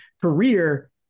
career